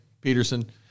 Peterson